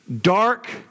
dark